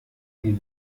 die